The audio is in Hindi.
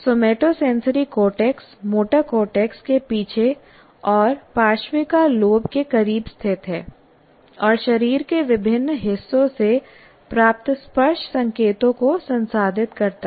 सोमाटोसेंसरी कॉर्टेक्स मोटर कॉर्टेक्स के पीछे और पार्श्विका लोब के करीब स्थित है और शरीर के विभिन्न हिस्सों से प्राप्त स्पर्श संकेतों को संसाधित करता है